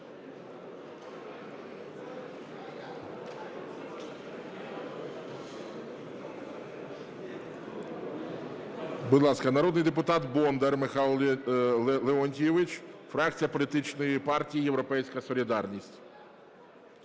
Будь ласка, народний депутат Бондар Михайло Леонтійович, фракція політичної партії "Європейська солідарність".